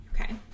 Okay